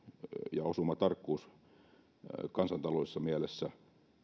ja osumatarkkuus kansantaloudellisessa mielessä